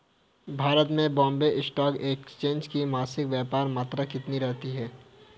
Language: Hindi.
भारत में बॉम्बे स्टॉक एक्सचेंज की मासिक व्यापार मात्रा कितनी रहती है?